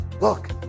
look